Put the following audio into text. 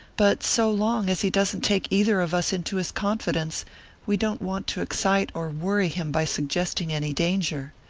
but so long as he doesn't take either of us into his confidence we don't want to excite or worry him by suggesting any danger.